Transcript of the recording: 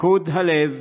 בתפקוד הלב